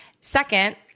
Second